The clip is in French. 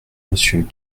monsieur